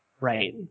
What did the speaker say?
Right